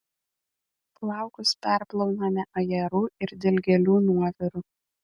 plaukus perplauname ajerų ir dilgėlių nuoviru